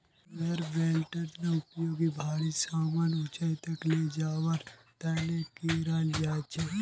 conveyor बेल्टेर उपयोग भारी समान ऊंचाई तक ले जवार तने कियाल जा छे